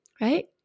right